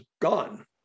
gone